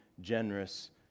generous